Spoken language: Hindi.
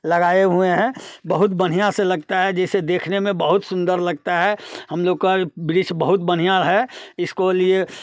लगाए हुए हैं बहुत बढ़िया से लगता है जैसे देखने में बहुत सुंदर लगता है हम लोग का वृक्ष बहुत बढ़िया है इसको लिए